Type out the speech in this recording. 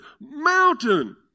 mountain